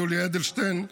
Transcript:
יולי אדלשטיין,